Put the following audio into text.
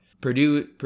purdue